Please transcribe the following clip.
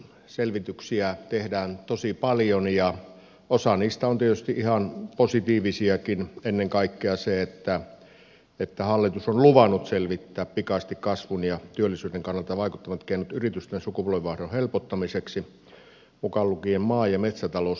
selvityksiä tehdään tosi paljon ja osa niistä on tietysti ihan positiivisiakin ennen kaikkea se että hallitus on luvannut selvittää pikaisesti kasvun ja työllisyyden kannalta vaikuttavat keinot yritysten sukupolvenvaihdosten helpottamiseksi mukaan lukien maa ja metsätalousyritykset